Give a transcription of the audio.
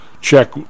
check